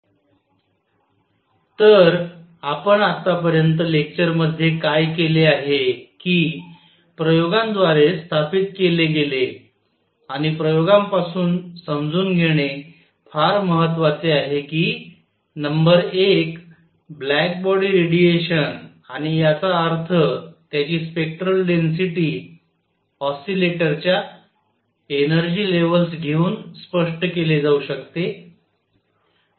quantum hypothesis and specific heat of solids तर आपण आतापर्यंत लेक्चर मध्ये काय केले आहे कि प्रयोगांद्वारे स्थापित केले गेले आणि प्रयोगांपासून समजून घेणे फार महत्वाचे आहे की नंबर एक ब्लॅक बॉडी रेडिएशन आणि याचा अर्थ त्याची स्पेक्टरल डेन्सिटी ऑसीलेटरच्या एनर्जी लेव्हल्स घेऊन स्पष्ट केले जाऊ शकते